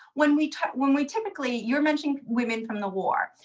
when we when we typically you're mentioning women from the war.